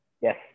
Yes